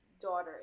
daughter